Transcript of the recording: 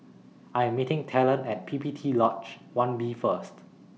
I Am meeting Talon At P P T Lodge one B First